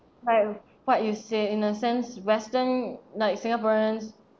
like what you said in a sense western like singaporeans